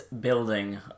building